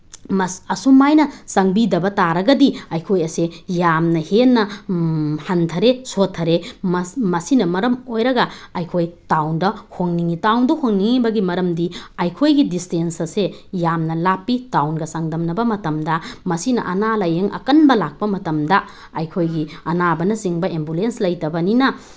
ꯑꯁꯨꯃꯥꯏꯅ ꯆꯪꯕꯤꯗꯕ ꯇꯥꯔꯒꯗꯤ ꯑꯩꯈꯣꯏ ꯑꯁꯦ ꯌꯥꯝꯅ ꯍꯦꯟꯅ ꯍꯟꯊꯔꯦ ꯁꯣꯠꯊꯔꯦ ꯃꯁꯤꯅ ꯃꯔꯝ ꯑꯣꯏꯔꯒ ꯑꯩꯈꯣꯏ ꯇꯥꯎꯟꯗ ꯍꯣꯡꯅꯤꯡꯉꯤ ꯇꯥꯎꯟꯗ ꯍꯣꯡꯅꯤꯡꯉꯤꯕꯒꯤ ꯃꯔꯝꯗꯤ ꯑꯩꯈꯣꯏꯒꯤ ꯗꯤꯁꯇꯦꯟꯁ ꯑꯁꯦ ꯌꯥꯝꯅ ꯂꯥꯞꯄꯤ ꯇꯥꯎꯟꯒ ꯆꯥꯡꯗꯝꯅꯕ ꯃꯇꯝꯗ ꯃꯁꯤꯅ ꯑꯅꯥ ꯂꯥꯏꯌꯦꯡ ꯑꯀꯟꯕ ꯂꯥꯛꯄ ꯃꯇꯝꯗ ꯑꯩꯈꯣꯏꯒꯤ ꯑꯅꯥꯕꯅꯆꯤꯡꯕ ꯑꯦꯝꯕꯨꯂꯦꯟꯁ ꯂꯩꯇꯕꯅꯤꯅ